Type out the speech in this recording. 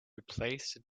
replace